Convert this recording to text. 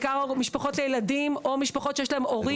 ובעיקר משפחות לילדים או שיש להן הורים חולים.